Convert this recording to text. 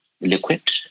liquid